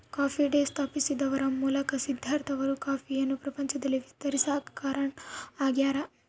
coffee day ಸ್ಥಾಪಿಸುವದರ ಮೂಲಕ ಸಿದ್ದಾರ್ಥ ಅವರು ಕಾಫಿಯನ್ನು ಪ್ರಪಂಚದಲ್ಲಿ ವಿಸ್ತರಿಸಾಕ ಕಾರಣ ಆಗ್ಯಾರ